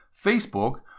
Facebook